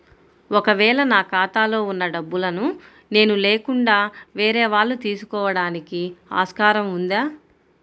ఒక వేళ నా ఖాతాలో వున్న డబ్బులను నేను లేకుండా వేరే వాళ్ళు తీసుకోవడానికి ఆస్కారం ఉందా?